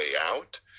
out